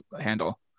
handle